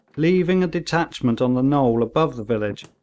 leaving a detachment on the knoll above the village,